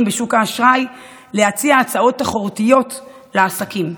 בשוק האשראי להציע הצעות תחרותיות לעסקים.